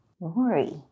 Lori